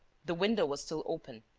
the window was still open,